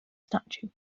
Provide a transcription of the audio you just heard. statue